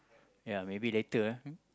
ya maybe later eh